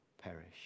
perish